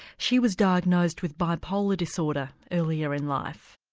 she was diagnosed with bipolar disorder earlier in life.